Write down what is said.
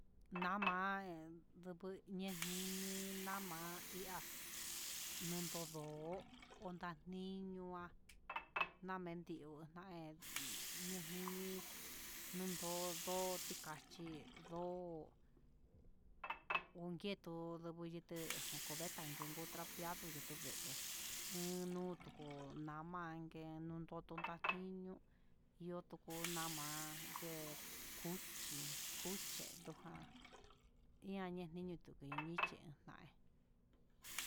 Naman numun ndeñini nama ihá, nrodo onta niño'ó ngua namendio na'e, ndeniñi ndugu ndo' tika ndo unki ndó ninguyité onko vee ne ngu trapedo yuku vee, en nu nduku nama en ndondoto taiño ihó tuku ñama'a, kuchi kuche ndojá ian naniño tunichi ja'í.